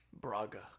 Braga